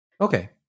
okay